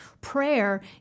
Prayer